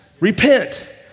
repent